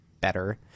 better